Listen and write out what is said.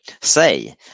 say